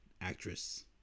actress